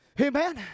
Amen